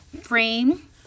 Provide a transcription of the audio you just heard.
frame